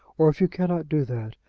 or, if you cannot do that,